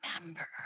remember